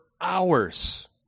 hours